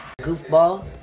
Goofball